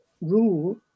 rule